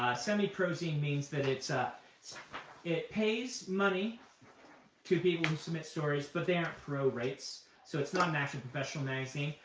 semi prozine means that ah it pays money to people who submit stories, but they aren't pro rates. so it's not an actual professional magazine.